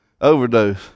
Overdose